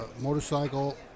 motorcycle